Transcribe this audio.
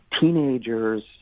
teenagers